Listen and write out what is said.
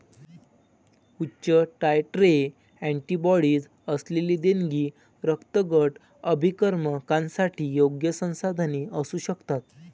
उच्च titre antibodies असलेली देणगी रक्तगट अभिकर्मकांसाठी योग्य संसाधने असू शकतात